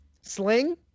sling